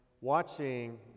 watching